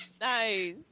Nice